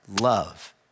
love